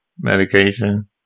medication